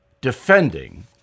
defending